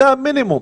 זה המינימום,